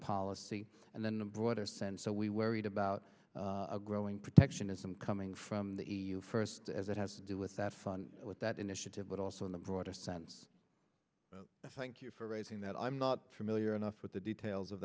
policy and then in a broader sense so we worried about a growing protectionism coming from the e u first as it has to do with that fund with that initiative but also in the broadest sense thank you for raising that i'm not familiar enough with the details of